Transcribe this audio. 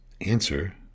Answer